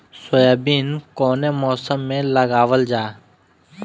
Soybean कौने मौसम में लगावल जा?